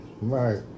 Right